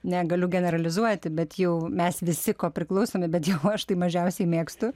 negaliu generalizuoti bet jau mes visi kopriklausomi bent jau aš tai mažiausiai mėgstu